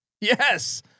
Yes